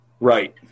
right